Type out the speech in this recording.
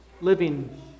living